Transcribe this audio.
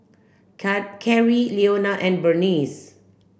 Can Carie Leona and Berniece